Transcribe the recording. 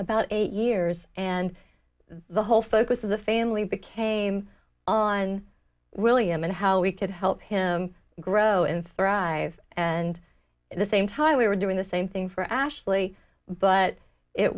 about eight years and the whole focus of the family became on william and how we could help him grow and thrive and in the same time we were doing the same thing for ashley but it